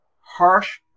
harsh